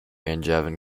angevin